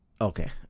Okay